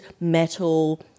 metal